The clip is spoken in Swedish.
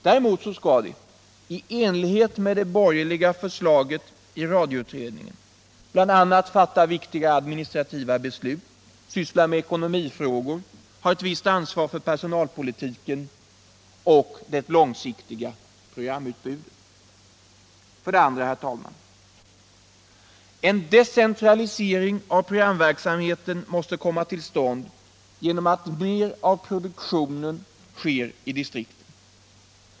Däremot skall de, i enlighet med det borgerliga förslaget i radioutredningen, bl.a. fatta viktigare administrativa beslut, syssla med ekonomifrågor, ha visst ansvar för personalpolitiken och besluta om det långsiktiga programutbudet. 2. En decentralisering av programverksamheten måste komma till stånd genom att mer av produktionen sker i distrikten.